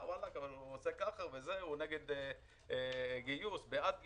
הוא עושה ככה, הוא נגד גיוס, בעד גיוס,